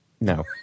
No